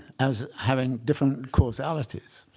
as having different causalities.